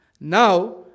Now